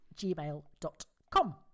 gmail.com